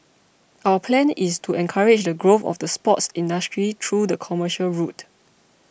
our plan is to encourage the growth of the sports industry through the commercial route